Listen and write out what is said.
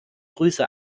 grüße